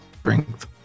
Strength